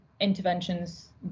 interventions